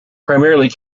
primarily